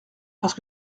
parce